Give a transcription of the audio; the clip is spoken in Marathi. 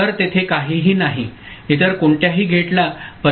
तर तेथे काहीही नाही इतर कोणत्याही गेटला परिणाम होत नाही